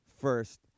first